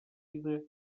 vida